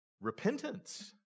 repentance